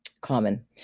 common